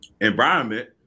environment